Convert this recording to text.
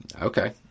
Okay